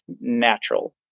natural